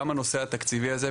גם הנושא התקציבי הזה,